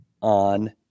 on